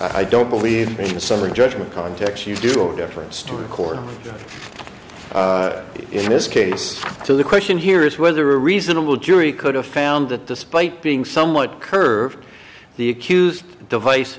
i don't believe in summary judgment context you do a different story of course is in this case so the question here is whether a reasonable jury could have found that despite being somewhat curved the accused device